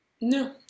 No